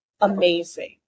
amazing